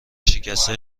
شکسته